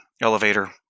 elevator